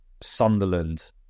Sunderland